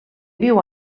viu